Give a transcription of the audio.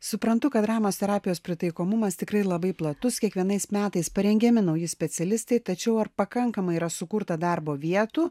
suprantu kad dramos terapijos pritaikomumas tikrai labai platus kiekvienais metais parengiami nauji specialistai tačiau ar pakankamai yra sukurta darbo vietų